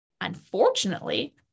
Unfortunately